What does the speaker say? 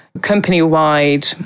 company-wide